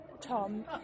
Tom